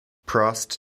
prost